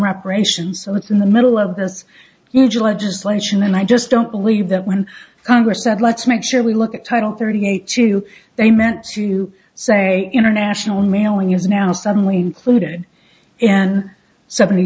reparations so it's in the middle of this huge legislation and i just don't believe that when congress said let's make sure we look at title thirty eight to they meant to say international mailing is now suddenly included in seventy